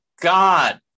God